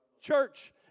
Church